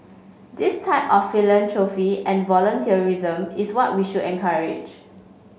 this type of philanthropy and volunteerism is what we should encourage